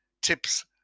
tips